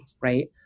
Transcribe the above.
right